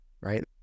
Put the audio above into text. right